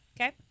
okay